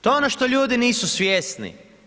To je ono što ljudi nisu svjesni.